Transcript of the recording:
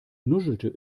nuschelte